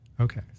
Okay